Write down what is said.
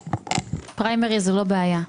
פריימריז זה לא בעיה.